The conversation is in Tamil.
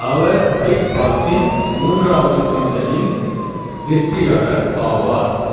அவர் பிக்பாஸின் மூன்றாவது சீசனின் வெற்றியாளர் ஆவார்